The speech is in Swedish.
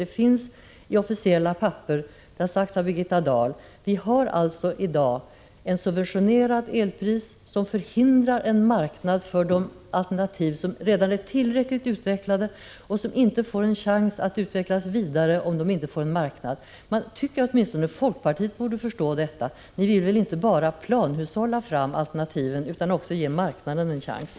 Det finns i officiella papper. Birgitta Dahl har sagt det. — Vi har alltså i dag ett subventionerat elpris, som förhindrar en marknad för de alternativ som redan är tillräckligt utvecklade för att prövas, men som inte får en chans att utvecklas vidare om de inte får en marknad — en cirkelgång. Jag tycker att åtminstone folkpartiet borde förstå detta. Ni vill väl inte bara planhushålla fram alternativen utan också ge marknaden en chans?